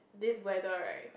this weather right